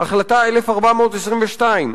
החלטה 1422,